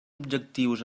objectius